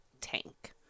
tank